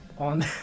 on